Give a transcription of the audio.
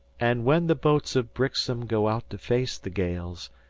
and when the boats of brixham go out to face the gales,